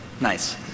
Nice